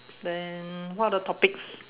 then what other topics